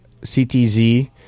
CTZ